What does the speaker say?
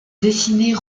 dessinée